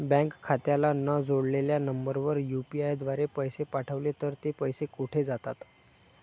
Bank खात्याला न जोडलेल्या नंबरवर यु.पी.आय द्वारे पैसे पाठवले तर ते पैसे कुठे जातात?